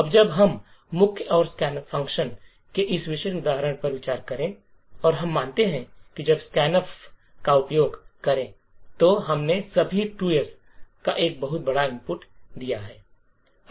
अब जब हम मुख्य और स्कैन के इस विशेष उदाहरण पर विचार करें और हम मानते हैं कि जब स्कैनफ़ का उपयोग करें तो हमने सभी 2's का एक बहुत बड़ा इनपुट दिया है